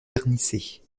vernissées